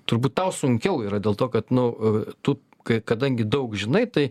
turbūt tau sunkiau yra dėl to kad nu tu kai kadangi daug žinai tai